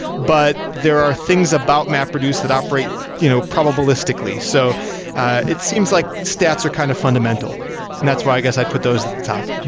but there are things about map reduce that operate you know probabilistically. so it seems like stats are kind of fundamental and that's why guess i'd put those at the top.